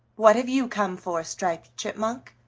what have you come for, striped chipmunk?